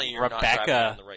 Rebecca